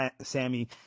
Sammy